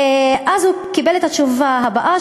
אז הוא קיבל את התשובה הבאה,